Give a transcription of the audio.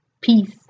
Peace